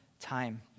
time